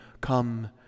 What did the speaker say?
come